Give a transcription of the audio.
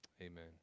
Amen